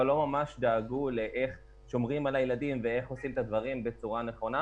לא ממש דאגו לאיך שומרים על הילדים ועושים את הדברים בצורה נכונה,